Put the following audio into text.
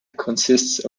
consists